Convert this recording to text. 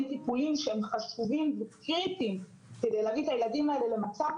טיפולים שהם חשובים וקריטיים כדי להביא את הילדים האלה למצב